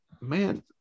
man